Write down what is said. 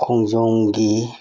ꯈꯣꯡꯖꯣꯝꯒꯤ